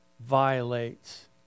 violates